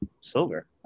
Silver